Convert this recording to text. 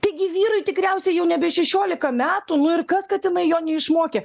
taigi vyrui tikriausiai jau nebe šešiolika metų nu ir kas kad jinai jo neišmokė